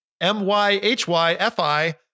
M-Y-H-Y-F-I